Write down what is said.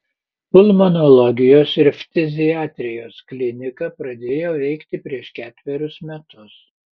pulmonologijos ir ftiziatrijos klinika pradėjo veikti prieš ketverius metus